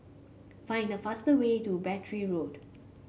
find the faster way to Battery Road